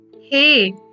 Hey